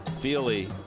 Feely